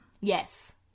Yes